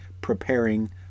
preparing